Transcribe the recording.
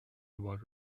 about